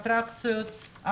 אטרקציות,